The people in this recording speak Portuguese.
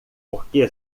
porque